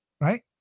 Right